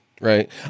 Right